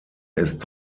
ist